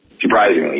surprisingly